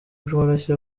bworoshye